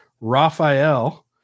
Raphael